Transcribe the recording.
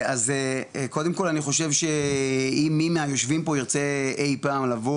אז קודם כל אני חושב שאם מי מהיושבים פה ירצה אי פעם לבוא